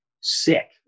sick